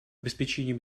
обеспечению